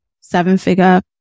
seven-figure